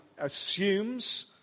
assumes